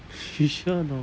you sure or not